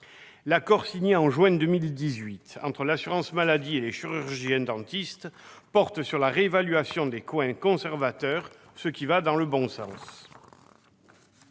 L'accord signé en juin 2018 entre l'assurance maladie et les chirurgiens-dentistes porte sur la réévaluation des soins conservateurs, ce qui va dans le bon sens.